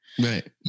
right